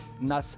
Nas